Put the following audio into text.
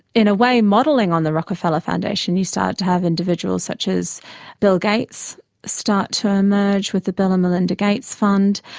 in a way modelling on the rockefeller foundation you started to have individuals such as bill gates starts to emerge with the bill and melinda gates fund,